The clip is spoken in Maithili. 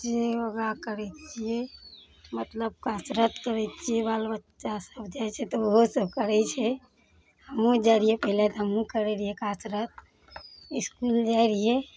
जे योगा करै छियै मतलब कसरत करै छियै बाल बच्चा सब जाइ छै तऽ ओहो सब करै छै हमहुँ जाइ रहियै पहिले तऽ हमहुँ करै रहियै कासरत इसकुल जाइ रहियै